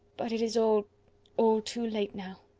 but it is all all too late now.